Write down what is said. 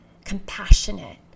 compassionate